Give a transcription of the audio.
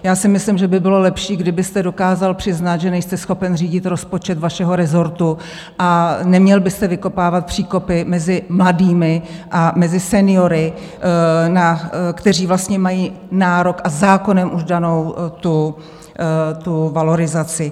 Já si myslím, že by bylo lepší, kdybyste dokázal přiznat, že nejste schopen řídit rozpočet vašeho rezortu, a neměl byste vykopávat příkopy mezi mladými a seniory, kteří vlastně mají nárok a zákonem už danou tu valorizaci.